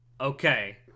Okay